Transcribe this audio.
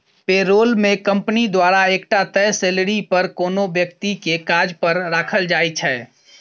पे role मे company द्वारा एकटा तय सेलरी पर कोनो बेकती केँ काज पर राखल जाइ छै